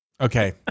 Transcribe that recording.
Okay